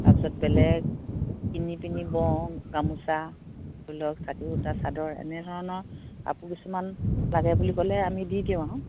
তাৰ পাছত বেলেগ কিনি পিনি বওঁ গামোচা ধৰি লওক সূতাৰ চাদৰ এনেধৰণৰ কাপোৰ কিছুমান লাগে বুলি ক'লে আমি দি দিওঁ আৰু